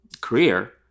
career